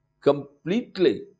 completely